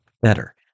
better